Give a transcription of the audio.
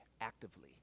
actively